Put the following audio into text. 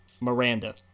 Miranda